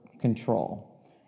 control